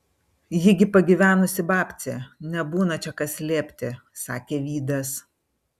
ji gi yra pagyvenusi babcė nebūna čia ką slėpti sakė vydas